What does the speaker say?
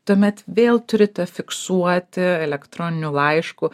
tuomet vėl turite fiksuoti elektroniniu laišku